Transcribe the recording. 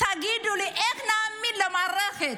תגידו לי, איך נאמין למערכת?